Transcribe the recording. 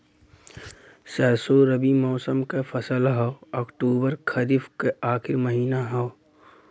सरसो रबी मौसम क फसल हव अक्टूबर खरीफ क आखिर महीना हव